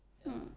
hmm